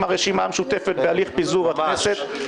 הרשימה המשותפת בהליך פיזור הכנסת -- ממש.